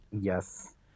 Yes